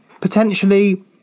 potentially